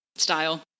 Style